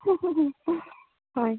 ꯍꯣꯏ